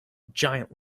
giant